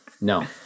No